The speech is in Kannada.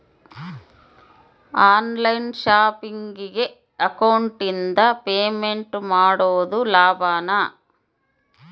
ಆನ್ ಲೈನ್ ಶಾಪಿಂಗಿಗೆ ಅಕೌಂಟಿಂದ ಪೇಮೆಂಟ್ ಮಾಡೋದು ಲಾಭಾನ?